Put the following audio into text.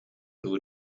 дуу